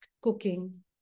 cooking